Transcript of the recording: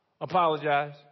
apologize